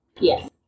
Yes